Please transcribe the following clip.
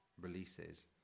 releases